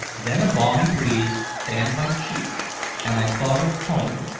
then a balmy breeze fanned my cheek and i thought of home,